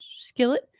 Skillet